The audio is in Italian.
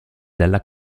dalla